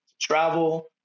travel